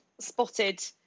spotted